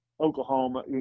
Oklahoma